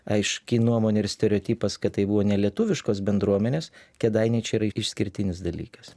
aiški nuomonė ir stereotipas kad tai buvo ne lietuviškos bendruomenės kėdainiai čia yra išskirtinis dalykas